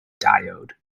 diode